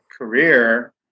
career